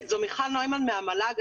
אני מיכל נוימן מן המל"ג.